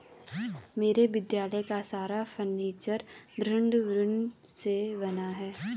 मेरे विद्यालय का सारा फर्नीचर दृढ़ वुड से बना है